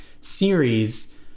series